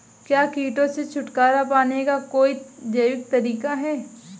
क्या कीटों से छुटकारा पाने का कोई जैविक तरीका है?